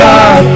God